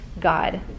God